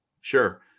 Sure